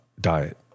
diet